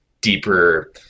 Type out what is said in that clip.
deeper